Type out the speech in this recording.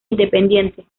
independiente